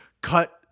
cut